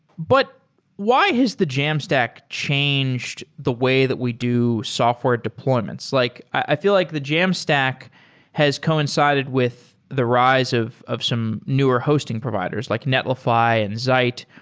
but why has the jamstack changed the way that we do software deployments? like i feel like the jamstack has coincided with the rise of of some newer hosting providers, like netlify, and zeit.